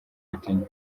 coutinho